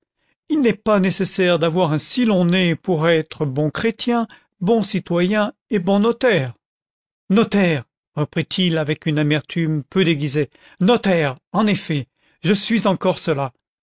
il n'est pas nécessaire d'avoir un si long nez pour être bon chrétien bon citoyen et bon notaire content from google book search generated at notaire reprit-il avec une amertume peu déguisée notaire en effet je suis encore cela